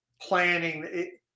planning